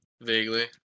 vaguely